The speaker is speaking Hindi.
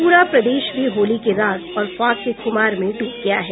पूरा प्रदेश भी होली के राग और फाग के खुमार में डूब गया है